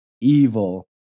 evil